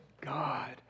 God